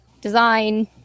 design